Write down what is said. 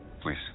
Please